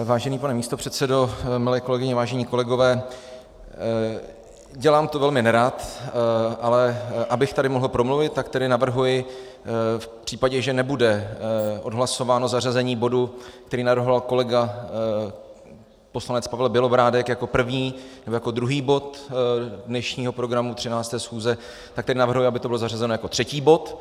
Vážený pane místopředsedo, milé kolegyně, vážení kolegové, dělám to velmi nerad, ale abych tady mohl promluvit, tak tedy navrhuji v případě, že nebude odhlasováno zařazení bodu, který navrhoval kolega poslanec Pavel Bělobrádek jako první nebo jako druhý bod dnešního programu 13. schůze, tak tedy navrhuji, aby to bylo zařazeno jako třetí bod.